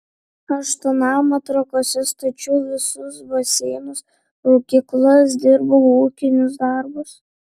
aš tą namą trakuose stačiau visus baseinus rūkyklas dirbau ūkinius darbus